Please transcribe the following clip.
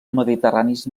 mediterranis